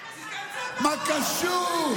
מה קשור?